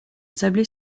sablé